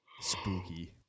Spooky